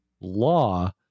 law